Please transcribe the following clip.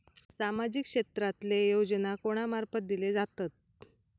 सामाजिक क्षेत्रांतले योजना कोणा मार्फत दिले जातत?